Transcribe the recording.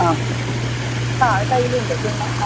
ആ ആ അത് കയ്യിൽ ഉണ്ട് പിന്നെ ആ